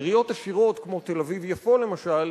עיריות עשירות כמו תל-אביב יפו, למשל,